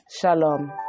Shalom